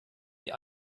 die